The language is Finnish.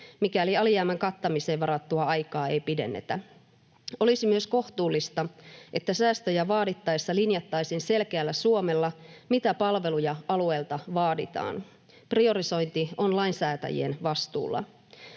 mikäli alijäämän kattamiseen varattua aikaa ei pidennetä. Olisi myös kohtuullista, että säästöjä vaadittaessa linjattaisiin selkeällä suomella, mitä palveluja alueelta vaaditaan. Priorisointi on lainsäätäjien vastuulla.